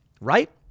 right